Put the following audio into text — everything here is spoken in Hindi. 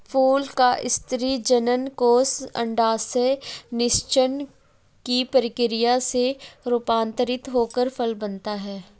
फूल का स्त्री जननकोष अंडाशय निषेचन की प्रक्रिया से रूपान्तरित होकर फल बनता है